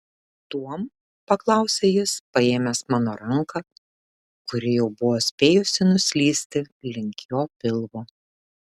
tuom paklausė jis paėmęs mano ranką kuri jau buvo spėjusi nuslysti link jo pilvo